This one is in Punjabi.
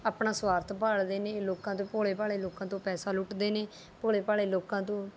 ਆਪਣਾ ਸੁਆਰਥ ਭਾਲਦੇ ਨੇ ਇਹ ਲੋਕਾਂ ਤੋਂ ਭੋਲੇ ਭਾਲੇ ਲੋਕਾਂ ਤੋਂ ਪੈਸਾ ਲੁੱਟਦੇ ਨੇ ਭੋਲੇ ਭਾਲੇ ਲੋਕਾਂ ਤੋਂ